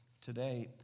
today